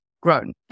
grown